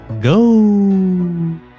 go